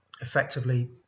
effectively